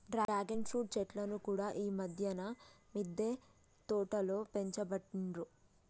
dragon fruit చెట్లను కూడా ఈ మధ్యన మిద్దె తోటలో పెంచబట్టిండ్రు